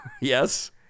Yes